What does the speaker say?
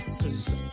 cause